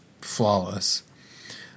flawless